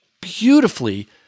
beautifully